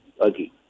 Okay